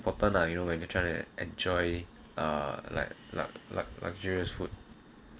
fulton lah you know going to try to enjoy a like luck like luxurious food